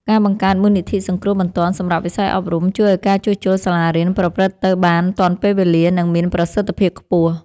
ការបង្កើតមូលនិធិសង្គ្រោះបន្ទាន់សម្រាប់វិស័យអប់រំ ជួយឱ្យការជួសជុលសាលារៀនប្រព្រឹត្តទៅបានទាន់ពេលវេលា និងមានប្រសិទ្ធភាពខ្ពស់។